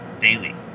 daily